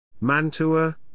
Mantua